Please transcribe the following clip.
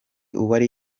uwari